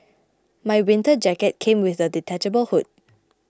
my winter jacket came with a detachable hood